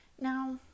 now